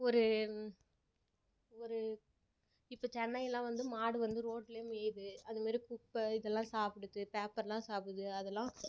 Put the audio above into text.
ஒரு ஒரு இப்போ சென்னைலெலாம் வந்து மாடு வந்து ரோடில் மேயுது அதுமாரி குப்பை இதெல்லாம் சாப்பிடுது பேப்பரெலாம் சாப்பிடுது அதெலாம்